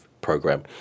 program